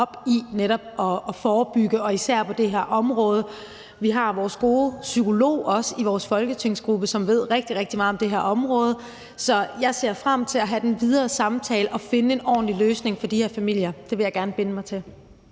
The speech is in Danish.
op i netop at forebygge, især på det her område. Vi har også vores gode psykolog i vores folketingsgruppe, som ved rigtig, rigtig meget om det her område, så jeg ser frem til at have den videre samtale og finde en ordentlig løsning for de her familier. Det vil jeg gerne binde mig til.